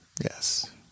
Yes